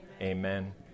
Amen